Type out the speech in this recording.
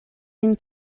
vin